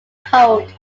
cold